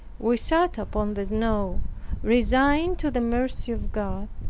we sat upon the snow, resigned to the mercy of god,